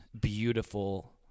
beautiful